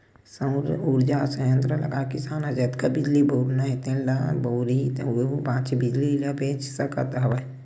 सउर उरजा संयत्र लगाए किसान ह जतका बिजली बउरना हे तेन ल बउरही अउ बाचे बिजली ल बेच सकत हवय